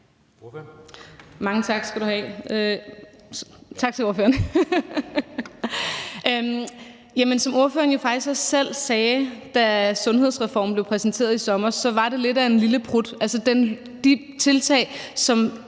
Monika Rubin (M): Tak for spørgsmålet. Som ordføreren jo faktisk også selv sagde, da sundhedsreformen blev præsenteret i sommer, var det lidt af en lille prut. Altså, de tiltag, som